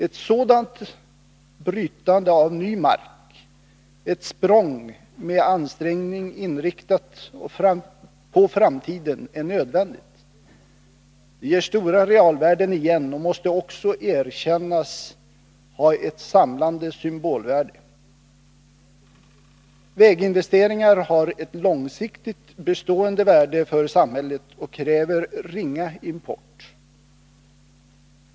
Ett sådant brytande av ny mark — ett språng med ansträngningen inriktad på framtiden — är nödvändigt, ger stora realvärden igen och måste också erkännas ha ett samlande symbolvärde. Väginvesteringar har ett långsiktigt bestående värde för samhället och kräver ringa import.